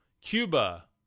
Cuba